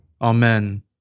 Amen